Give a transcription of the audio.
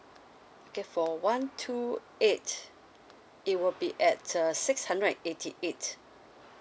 okay for one two eight it will be at uh six hundred and eighty eight